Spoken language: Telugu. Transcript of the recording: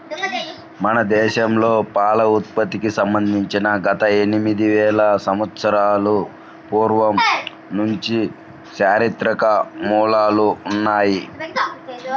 మన దేశంలో పాల ఉత్పత్తికి సంబంధించి గత ఎనిమిది వేల సంవత్సరాల పూర్వం నుంచి చారిత్రక మూలాలు ఉన్నాయి